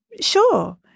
sure